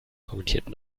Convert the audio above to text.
kommentiert